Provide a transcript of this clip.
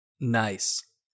Nice